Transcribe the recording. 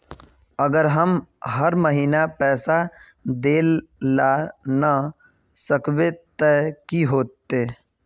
अगर हम हर महीना पैसा देल ला न सकवे तब की होते?